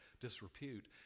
disrepute